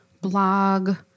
blog